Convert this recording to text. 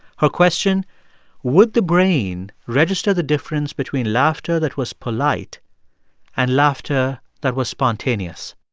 her question would the brain register the difference between laughter that was polite and laughter that was spontaneous?